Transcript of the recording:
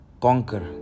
conquer